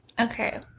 Okay